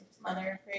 Mother